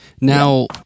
now